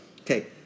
Okay